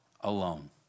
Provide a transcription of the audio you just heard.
alone